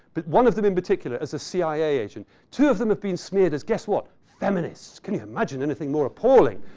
but one of them in particular as a cia agent. two of them have been smeared as guess what? feminists. can you imagine anything more appalling?